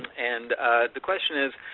and the question is,